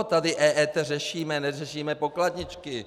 Tady EET řešíme, neřešíme pokladničky.